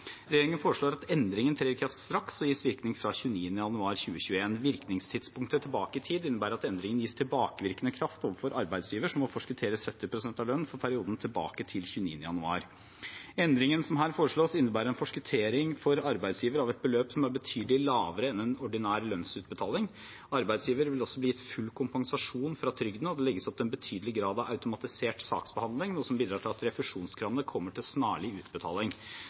Regjeringen foreslår at endringen trer i kraft straks og gis virkning fra 29. januar 2021. Virkningstidspunktet tilbake i tid innebærer at endringen gis tilbakevirkende kraft overfor arbeidsgiver som må forskuttere 70 pst. av lønn for perioden tilbake til 29. januar. Endringen som her foreslås, innebærer en forskuttering for arbeidsgiver av et beløp som er betydelig lavere enn en ordinær lønnsutbetaling. Arbeidsgiver vil også bli gitt full kompensasjon fra trygden, og det legges opp til en betydelig grad av automatisert saksbehandling, noe som bidrar til at refusjonskravene kommer til snarlig utbetaling.